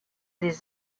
les